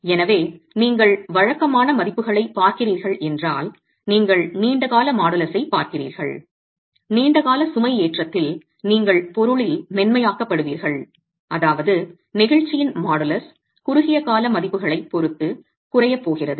எனவே நீங்கள் வழக்கமான மதிப்புகளைப் பார்க்கிறீர்கள் என்றால் நீங்கள் நீண்ட கால மாடுலஸைப் பார்க்கிறீர்கள் நீண்ட கால சுமைஏற்றத்தில் நீங்கள் பொருளில் மென்மையாக்கப்படுவீர்கள் அதாவது நெகிழ்ச்சியின் மாடுலஸ் குறுகியகால மதிப்புகளைப் பொறுத்து குறையப் போகிறது